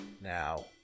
now